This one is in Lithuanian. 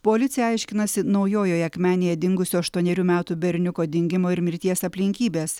policija aiškinasi naujojoje akmenėje dingusio aštuonerių metų berniuko dingimo ir mirties aplinkybes